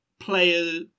player